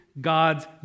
God's